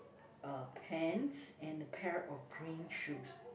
uh pants and a pair of green shoes